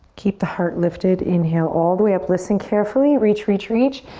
keep the heart lifted. inhale all the way up, listen carefully, reach, reach, reach.